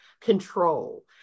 control